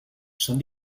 son